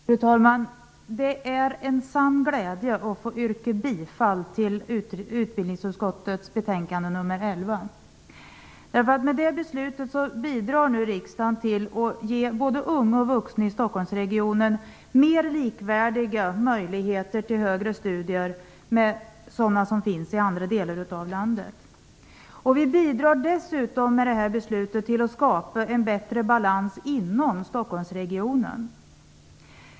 Fru talman! Det är en sann glädje att få yrka bifall till utbildningsutskottets betänkande nr 11. Med det beslutet bidrar nu riksdagen till att unga och vuxna i Stockholmsregionen och människor i andra delar av landet får likvärdiga möjligheter till högre studier. Vi bidrar i och med beslutet dessutom till att skapa en bättre balans inom Stockholmsregionen.